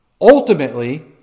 ultimately